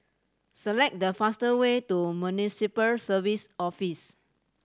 select the faster way to Municipal Services Office